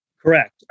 Correct